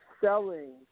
selling